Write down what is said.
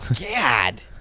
god